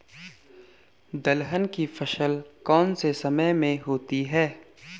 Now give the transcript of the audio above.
दलहन की फसल कौन से समय में होती है?